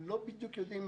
ולא בדיוק יודעים